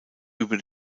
über